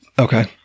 Okay